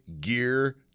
gear